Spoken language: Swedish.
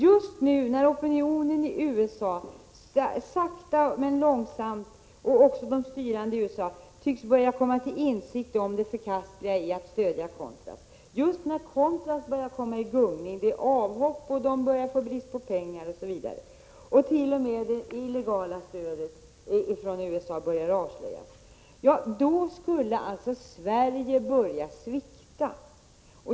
Just nu när opinionen och de styrande i USA sakta tycks börja komma till insikt om det förkastliga i att stödja contras, just när contras börjar komma i gungning med avhopp och brist på pengar och när t.o.m. det illegala stödet från USA börjar avslöjas, då skulle alltså Sverige börja svikta.